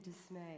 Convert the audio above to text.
dismay